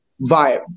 vibe